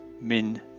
Min